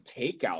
takeout